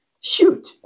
Shoot